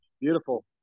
beautiful